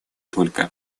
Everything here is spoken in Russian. только